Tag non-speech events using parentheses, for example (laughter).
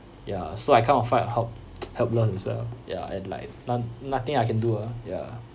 ya so I kind of felt help~ (noise) helpless as well ya and like not~ nothing I can do ah ya